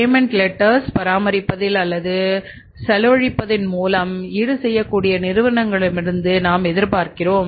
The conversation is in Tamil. பேமெண்ட் லெட்டர்ஸ் பராமரிப்பதில் அல்லது செலவழிப்பதன் மூலம் ஈடுசெய்யக்கூடிய நிறுவனங்களிடமிருந்து நாம் எதிர்பார்க்கிறோம்